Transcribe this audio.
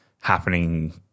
happening